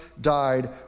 died